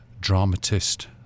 dramatist